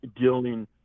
dealing